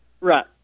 Right